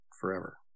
forever